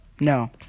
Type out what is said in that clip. No